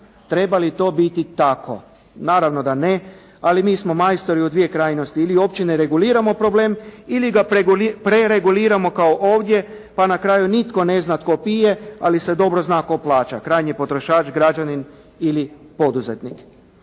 Treba li to biti tako? Naravno da ne. Ali mi smo majstori u dvije krajnosti. Ili uopće ne reguliramo problem ili ga prereguliramo kao ovdje pa na kraju nitko ne zna tko pije, ali se dobro zna tko plaća, krajnji potrošač, građanin ili poduzetnik.